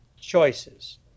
choices